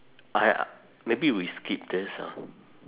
!aiya! maybe we skip this ah